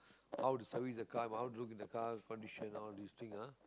how to service a car how to look in the car condition all these thing ah